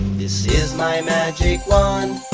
this is my magic wand.